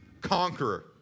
conqueror